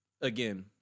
again